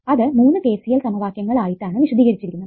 അത് 3 KCL സമവാക്യങ്ങൾ ആയിട്ടാണ് വിശദീകരിച്ചിരിക്കുന്നത്